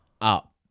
up